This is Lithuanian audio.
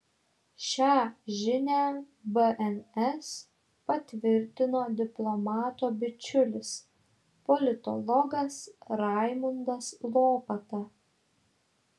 šią žinią bns patvirtino diplomato bičiulis politologas raimundas lopata